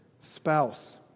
spouse